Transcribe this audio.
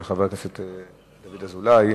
של חבר הכנסת דוד אזולאי.